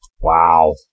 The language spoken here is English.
Wow